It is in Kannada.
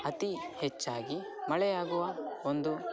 ಅತೀ ಹೆಚ್ಚಾಗಿ ಮಳೆಯಾಗುವ ಒಂದು